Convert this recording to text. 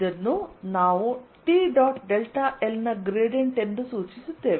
ಇದನ್ನು ನಾವು T dot delta l ನ ಗ್ರೇಡಿಯಂಟ್ ಎಂದು ಸೂಚಿಸುತ್ತೇವೆ